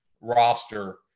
roster